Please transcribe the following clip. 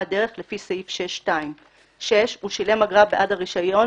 דרך לפי סעיף 6(2); הוא שילם אגרה בעד הרישיון,